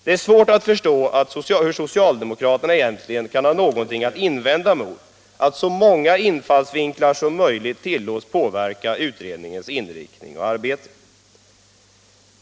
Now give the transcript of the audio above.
Det är svårt att förstå hur socialdemokraterna egentligen kan ha någonting att invända mot att så många infallsvinklar som möjligt tillåts påverka utredningens inriktning och arbete.